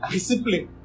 Discipline